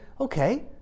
okay